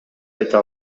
айта